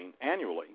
annually